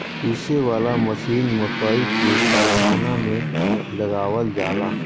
पीसे वाला मशीन मकई के कारखाना में लगावल जाला